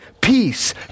peace